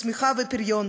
לצמיחה ולפריון,